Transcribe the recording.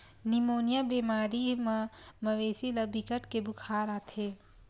pneumonia बेमारी म मवेशी ल बिकट के बुखार आथे